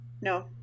No